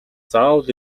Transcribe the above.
заавал